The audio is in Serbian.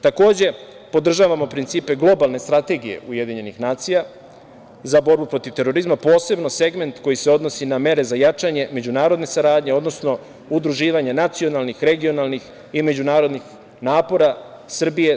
Takođe, podržavamo principe globalne strategije UN za borbu protiv terorizma, posebno segment koji se odnosi na mere za jačanje međunarodne saradnje, odnosno udruživanje nacionalnih, regionalnih i međunarodnih napora Srbije.